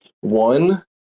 One